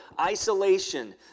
isolation